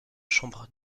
chambre